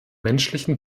menschlichen